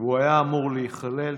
הוא היה אמור להיכלל.